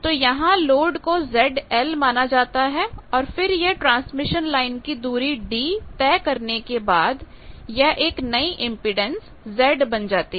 तो यहां लोड को ZL माना जाता है और फिर यह ट्रांसमिशन लाइन की दूरी d तय करने के बाद यह एक नई इंपेडेंस Z बन जाती है